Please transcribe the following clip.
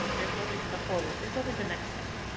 yeah there's always the forward, there's always the next step.